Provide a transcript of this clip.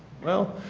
well,